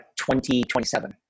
2027